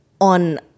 on